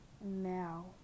now